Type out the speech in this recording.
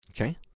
Okay